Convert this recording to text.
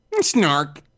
snark